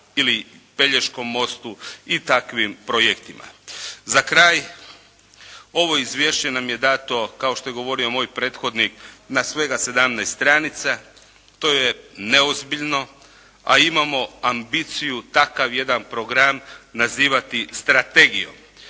ili Pelješkom mostu i takvim projektima. Za kraj, ovo izvješće nam je dato, kao što je govorio moj prethodnik, na svega 17 stranica. To je neozbiljno, a imamo ambiciju takav jedan program nazivati strategijom.